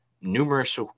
numerous